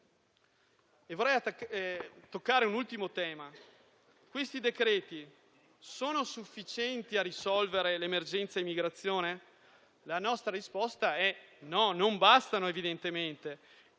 Vorrei toccare un ultimo tema. Questi decreti sono sufficienti a risolvere l'emergenza immigrazione? La nostra risposta è no, non bastano, evidentemente.